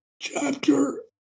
chapter